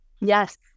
Yes